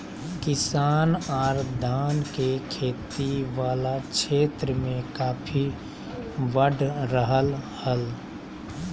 किसान आर धान के खेती वला क्षेत्र मे काफी बढ़ रहल हल